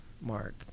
Mark